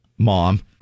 Mom